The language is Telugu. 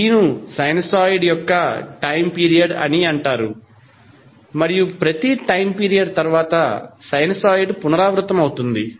T ను సైనూసోయిడ్ యొక్క టైమ్ పీరియడ్ అని అంటారు మరియు ప్రతి టైమ్ పీరియడ్ తరువాత సైనూసోయిడ్ పునరావృతమవుతుంది